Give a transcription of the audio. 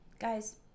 guys